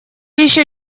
еще